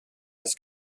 ers